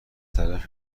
طرف